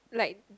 like